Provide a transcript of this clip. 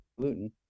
gluten